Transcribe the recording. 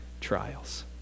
trials